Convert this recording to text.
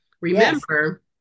remember